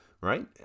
right